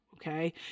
Okay